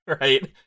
right